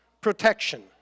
protection